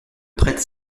prête